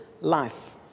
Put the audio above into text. life